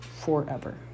forever